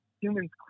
humans